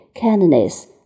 kindness